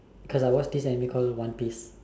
cause I watch this anime cause of one piece